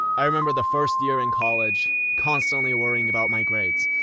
i remember the first year in college constantly worrying about my grades.